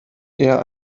eher